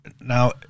now